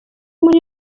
muri